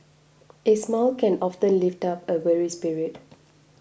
a smile can often lift up a weary spirit